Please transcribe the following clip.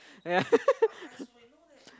yeah